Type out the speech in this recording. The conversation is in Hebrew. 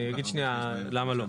אני אגיד שנייה למה לא.